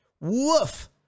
Woof